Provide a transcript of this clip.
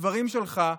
הדברים שלך,